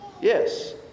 yes